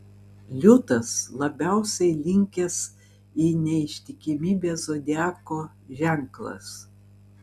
liūtas labiausiai linkęs į neištikimybę zodiako ženklas